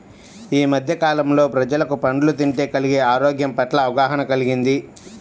యీ మద్దె కాలంలో ప్రజలకు పండ్లు తింటే కలిగే ఆరోగ్యం పట్ల అవగాహన కల్గింది